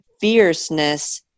fierceness